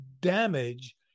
Damage